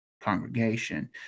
congregation